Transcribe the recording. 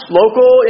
local